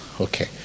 okay